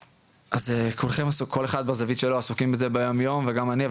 אז כולכם כל אחד בזווית שלו עסוקים בזה ביומיום וגם אני,